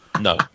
No